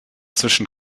zwischen